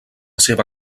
seva